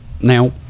Now